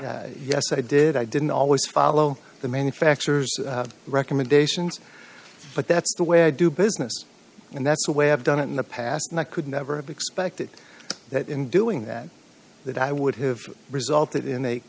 changes yes i did i didn't always follow the manufacturer's recommendations but that's the way i do business and that's the way i've done it in the past and i could never have expected that in doing that that i would have resulted in